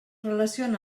relaciona